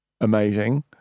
amazing